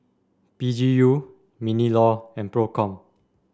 P G U Minlaw and Procom